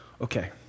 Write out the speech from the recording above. okay